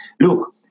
Look